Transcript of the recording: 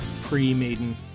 pre-Maiden